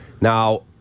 Now